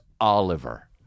Oliver